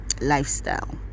lifestyle